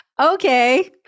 Okay